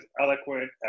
eloquent